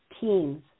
teams